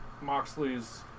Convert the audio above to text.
Moxley's